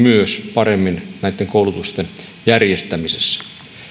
paremmin myös näitten koulutusten järjestämisessä